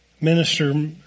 minister